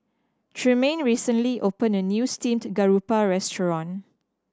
Tremaine recently opened a new steamed garoupa restaurant